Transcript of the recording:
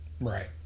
Right